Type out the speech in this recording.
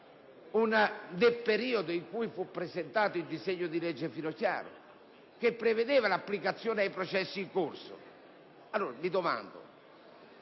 nel periodo in cui fu presentato il disegno di legge Finocchiaro che prevedeva l'applicazione ai processi in corso? Allora mi domando: